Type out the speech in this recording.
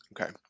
Okay